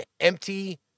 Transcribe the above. Empty